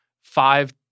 five